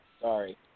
Sorry